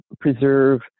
preserve